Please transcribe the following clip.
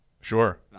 Sure